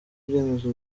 ibyemezo